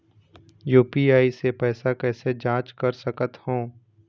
UPI से पैसा कैसे जाँच कर सकत हो?